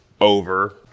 over